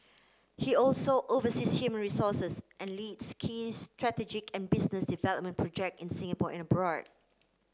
he also oversees human resources and leads key strategic and business development project in Singapore and abroad